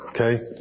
okay